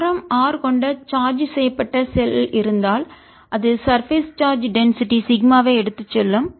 ஆரம் ஆர் கொண்ட சார்ஜ் செய்யப்பட்ட ஷெல் இருந்தால்அது சர்பேஸ் சார்ஜ் டென்சிட்டிஅடர்த்தி சிக்மாவை எடுத்துச்செல்லும்